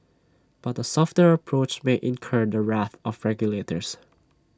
but A softer approach may incur the wrath of regulators